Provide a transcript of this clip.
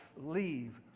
leave